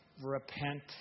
repent